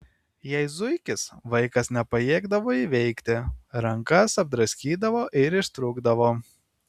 jei zuikis vaikas nepajėgdavo įveikti rankas apdraskydavo ir ištrūkdavo